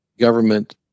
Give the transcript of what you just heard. government